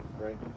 right